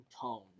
tone